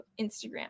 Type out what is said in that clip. Instagram